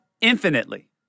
infinitely